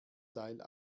seil